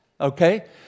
okay